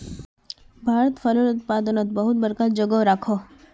भारत फलेर उत्पादनोत बहुत बड़का जोगोह राखोह